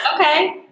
Okay